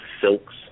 silks